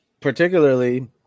particularly